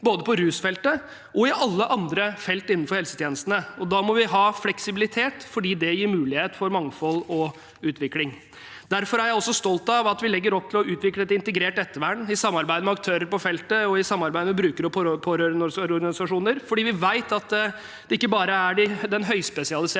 både på rusfeltet og på alle andre felt innenfor helsetjenestene. Da må vi ha fleksibilitet fordi det gir mulighet for mangfold og utvikling. Derfor er jeg også stolt av at vi legger opp til å utvikle et integrert ettervern i samarbeid med aktører på feltet og med bruker- og pårørendeorganisasjoner, for vi vet at det ikke bare er den høyspesialiserte